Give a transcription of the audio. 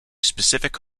specific